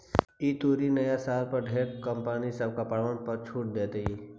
ई तुरी नया साल पर ढेर कंपनी सब कपड़बन पर छूट देतई